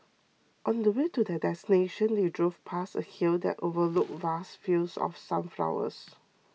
on the way to their destination they drove past a hill that overlooked vast fields of sunflowers